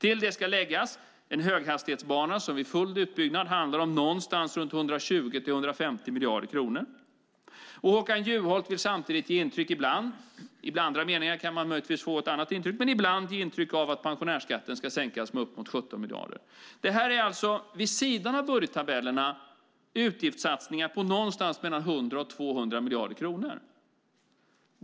Till det ska läggas en höghastighetsbana som vid full utbyggnad handlar om någonstans runt 120-150 miljarder kronor. Håkan Juholt ger samtidigt ibland - i andra meningar kan man möjligtvis få ett annat intryck - intryck av att pensionärsskatten ska sänkas med uppemot 17 miljarder. Det här är alltså utgiftssatsningar vid sidan av budgettabellerna på någonstans mellan 100 och 200 miljarder kronor.